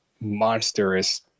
monstrous